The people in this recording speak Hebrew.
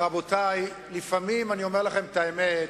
רבותי, לפעמים, אני אומר לכם את האמת,